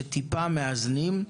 שקצת מאזנים.